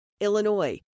Illinois